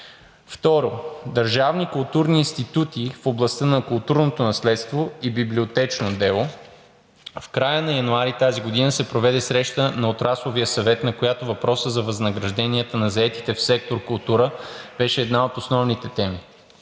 държавни културни институти в областта на културното наследство и библиотечното дело в края на януари тази година се проведе среща на отрасловия съвет, на която въпросът за възнаграждението на заетите в сектор „Култура“ беше една от основните теми.